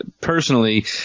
personally